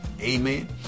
Amen